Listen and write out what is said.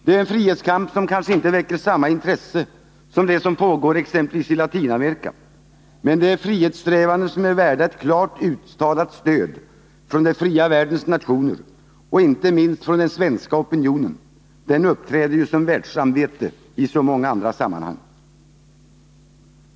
Det är en frihetskamp som kanske inte väcker samma intresse som det som pågår i Latinamerika, men det är frihetssträvanden som är värda ett klart uttalat stöd från den fria världens nationer och inte minst från den svenska opinionen — den uppträder ju som världssamvete i så många andra sammanhang.